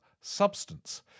substance